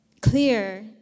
clear